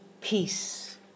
peace